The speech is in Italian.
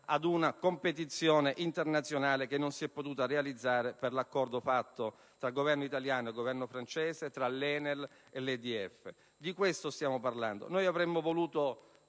ad una competizione internazionale che non si è potuta realizzare a causa dell'accordo stipulato tra il Governo italiano e il Governo francese, tra l'ENEL e l'EDF. Di questo stiamo parlando. Avremmo voluto